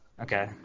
Okay